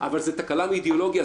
אבל זה תקלה ואידיאולוגיה.